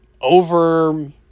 over